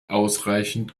ausreichend